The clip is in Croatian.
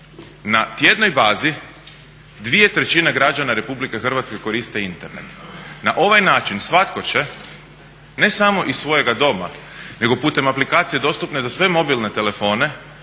Na tjednoj bazi 2/3 građana RH koriste Internet. Na ovaj način svatko će ne samo iz svojega doma nego putem aplikacije dostupne za sve mobilne telefone